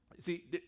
See